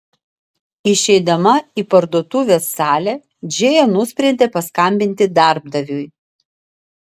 išeidama į parduotuvės salę džėja nusprendė paskambinti darbdaviui